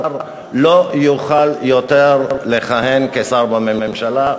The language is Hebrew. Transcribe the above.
הוא לא יוכל יותר לכהן כשר בממשלה.